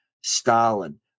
Stalin